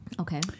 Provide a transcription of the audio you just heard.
Okay